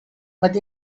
but